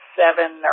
seven